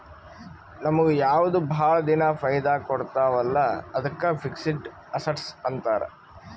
ನಮುಗ್ ಯಾವ್ದು ಭಾಳ ದಿನಾ ಫೈದಾ ಕೊಡ್ತಾವ ಅಲ್ಲಾ ಅದ್ದುಕ್ ಫಿಕ್ಸಡ್ ಅಸಸ್ಟ್ಸ್ ಅಂತಾರ್